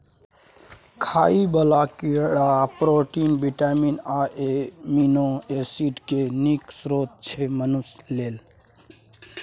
खाइ बला कीड़ा प्रोटीन, बिटामिन आ एमिनो एसिड केँ नीक स्रोत छै मनुख लेल